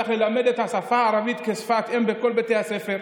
צריך ללמד את השפה הערבית כשפת אם בכל בתי הספר,